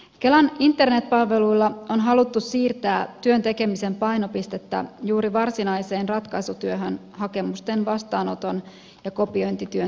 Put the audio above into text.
kelan internetpalveluilla on haluttu siirtää työn tekemisen painopistettä juuri varsinaiseen ratkaisutyöhön hakemusten vastaanoton ja kopiointityön sijaan